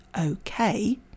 okay